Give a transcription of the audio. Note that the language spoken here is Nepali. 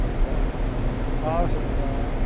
हुन्छ हवस् हुन्छ